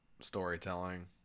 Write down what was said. storytelling